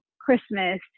Christmas